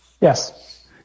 Yes